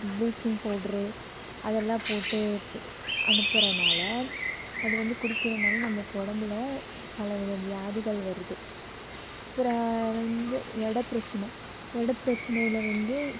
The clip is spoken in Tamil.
ப்ளீச்சிங் பவுடரு அதெல்லாம் போட்டு அனுப்புறதனால அது வந்து குடிக்கிறதனால நம்மளுக்கு உடம்பில் பல வித வியாதிகள் வருது அப்பறம் வந்து இட பிரச்சனை இட பிரச்சனையில் வந்து